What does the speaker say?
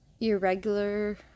irregular